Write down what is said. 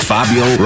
Fabio